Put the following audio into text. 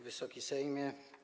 Wysoki Sejmie!